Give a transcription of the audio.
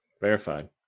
Verified